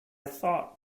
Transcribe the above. thought